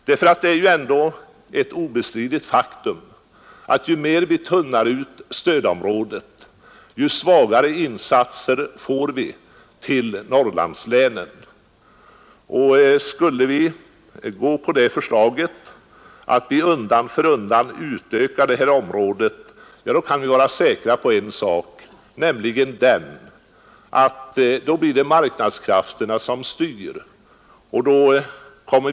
Det är ändå ett obestridligt faktum att ju mer vi tunnar ut stödområdet desto svagare blir insatserna i Norrlandslänen. Skulle vi gå på förslaget att undan för undan utöka stödområdet kan vi vara säkra på en sak, nämligen att det blir marknadskrafterna som ohämmat styr utvecklingen.